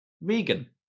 Regan